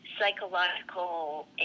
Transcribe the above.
psychological